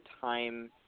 time